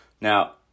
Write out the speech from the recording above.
now